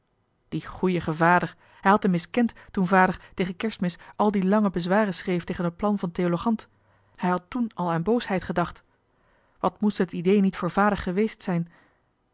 goeiige vader hij had hem miskend toen vader tegen kerstmis al die lange bezwaren schreef tegen het plan van theologant hij had toen al aan boosheid gedacht wat moest het idee niet voor vader geweest zijn